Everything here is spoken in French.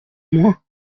moins